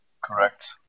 Correct